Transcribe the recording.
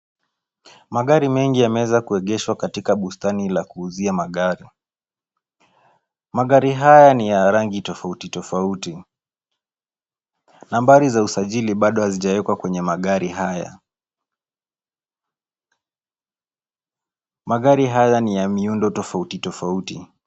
Magari mengi yameweza kuegeshwa katika bustani la kuuzia magari. Magari haya ni ya rangi tofauti tofauti, nambari za usajili bado hazijawekwa kwenye magari haya. Magari haya ni ya miundo tofauti tofauti.